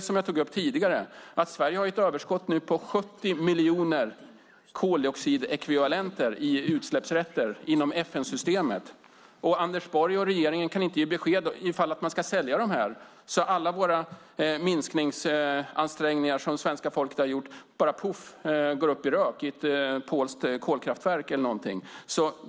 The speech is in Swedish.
Som jag tog upp tidigare har Sverige nu ett överskott på 70 miljoner koldioxidekvivalenter i utsläppsrätter inom FN-systemet. Och Anders Borg och regeringen kan inte ge besked ifall man ska sälja dem, så alla minskningsansträngningar som svenska folket har gjort går bara upp i rök i ett polskt kolkraftverk eller liknande.